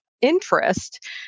interest